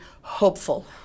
hopeful